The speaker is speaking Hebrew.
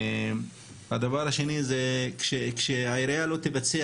הדבר השני זה ההצעה שהעירייה לא תבצע